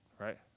Right